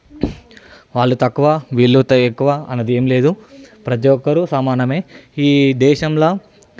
వాళ్లు తక్కువ వీళ్ళు ఎక్కువ అన్నది ఏం లేదు ప్రతి ఒక్కరు సమానమే ఈ దేశంల